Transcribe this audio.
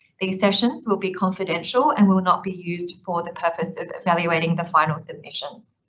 these sessions will be confidential and will not be used for the purpose of evaluating the final submissions.